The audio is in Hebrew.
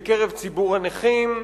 בקרב ציבור הנכים,